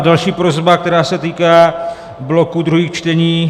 Další prosba se týká bloku druhých čtení.